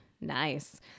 Nice